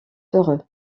heureux